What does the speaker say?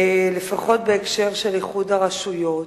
לפחות בהקשר של איחוד הרשויות,